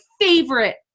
favorite